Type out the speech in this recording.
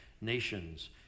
nations